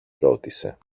ρώτησε